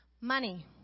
money